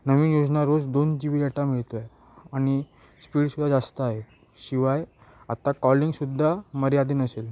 नवीन योजना रोज दोन जी बी डेटा मिळतो आहे आणि स्पीडसुद्धा जास्त आहे शिवाय आत्ता कॉलिंगसुद्धा मर्यादित नसेल